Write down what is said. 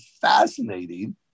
fascinating